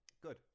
good